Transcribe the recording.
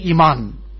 iman